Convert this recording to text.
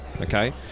Okay